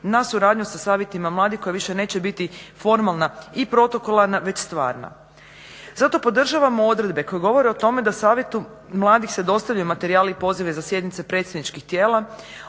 na suradnju sa savjetima mladih koji više neće biti formalno i protokolirana već stvarna. Zato podržavamo odredbe koje govore o tome da savjetu mladih se dostavljaju materijali i pozivi za sjednica predstavničkih tijela